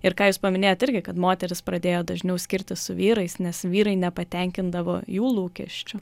ir ką jūs paminėjot irgi kad moterys pradėjo dažniau skirtis su vyrais nes vyrai nepatenkindavo jų lūkesčių